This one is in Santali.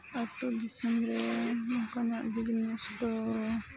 ᱟᱹᱛᱩ ᱫᱤᱥᱚᱢ ᱨᱮ ᱱᱚᱝᱠᱟᱱᱟᱜ ᱡᱤᱱᱤᱥ ᱫᱚ